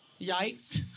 yikes